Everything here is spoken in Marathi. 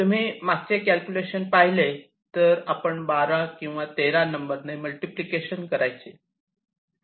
तुम्ही मागचे कॅल्क्युलेशन पाहिले तर आपण 12 किंवा 13 नंबर ने मल्टिप्लिकेशन करायचं